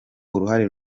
uruhare